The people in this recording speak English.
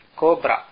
cobra